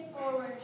forward